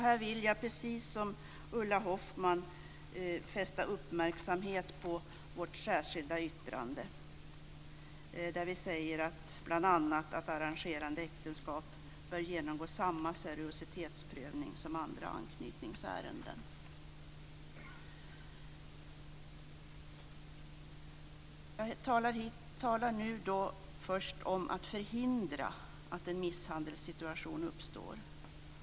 Jag vill, precis som Ulla Hoffmann, fästa uppmärksamhet på vårt särskilda yttrande där vi bl.a. säger att man bör genomgå samma seriositetsprövning när det gäller arrangerade äktenskap som när det gäller andra anknytningsärenden. Jag talar nu först om att förhindra att en misshandelssituation uppstår.